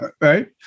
Right